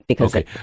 Okay